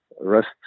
rest